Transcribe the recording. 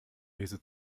diese